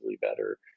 better